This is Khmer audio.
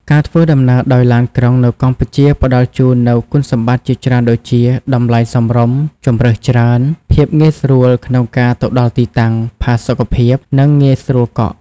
ការធ្វើដំណើរដោយឡានក្រុងនៅកម្ពុជាផ្តល់ជូននូវគុណសម្បត្តិជាច្រើនដូចជា តម្លៃសមរម្យ ជម្រើសច្រើន ភាពងាយស្រួលក្នុងការទៅដល់ទីតាំង ផាសុកភាព និងងាយស្រួលកក់។